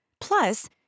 Plus